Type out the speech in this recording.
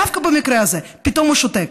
דווקא במקרה הזה פתאום הוא שותק.